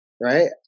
Right